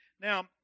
Now